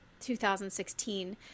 2016